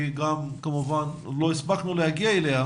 שלא הספקנו להגיע אליה,